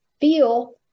feel